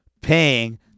paying